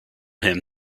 him